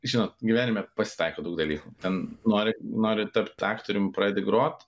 žinot gyvenime pasitaiko daug dalykų ten nori nori tapt aktoriumi pradedi grot